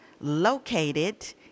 located